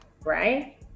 right